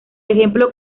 ejemplo